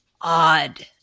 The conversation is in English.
odd